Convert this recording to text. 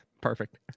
Perfect